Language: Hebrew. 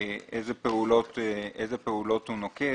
אילו פעולות הוא נוקט,